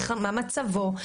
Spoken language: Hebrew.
מה מצבו.